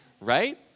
right